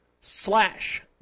Slash